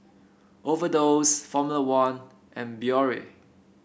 Overdose Formula One and Biore